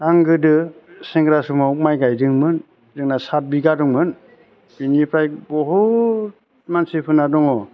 आं गोदो सेंग्रा समाव माइ गायदोंमोन जोंना सात बिगा दंमोन बिनिफ्राय बहुद मानसिफोरना दङ